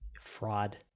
Fraud